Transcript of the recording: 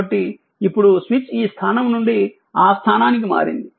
కాబట్టి ఇప్పుడు స్విచ్ ఈ స్థానం నుండి ఆ స్థానానికి మారింది